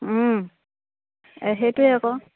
সেইটোৱে আকৌ